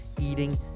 eating